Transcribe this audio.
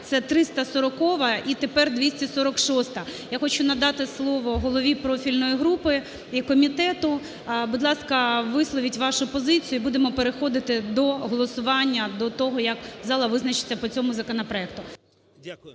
це 340-а і тепер 246-а. Я хочу надати слово голові профільної групи і комітету, будь ласка, висловіть вашу позицію і будемо переходити до голосування, до того, як зала визначиться по цьому законопроекту.